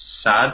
sad